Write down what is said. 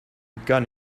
gun